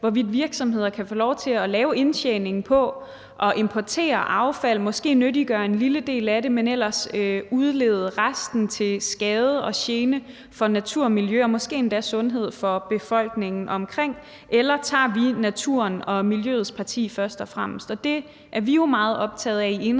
hvorvidt virksomheder kan få lov til at få en indtjening på at importere affald og måske nyttiggøre en lille del af det, men ellers udlede resten til skade og gene for natur og miljø og måske endda for sundheden for folk, der bor i nærheden, eller tager vi først og fremmest naturen og miljøets parti? Det er vi jo meget optaget af i